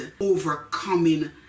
overcoming